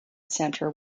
center